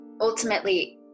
ultimately